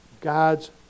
God's